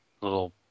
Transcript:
Little